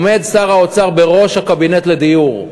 עומד שר האוצר בראש הקבינט לדיור.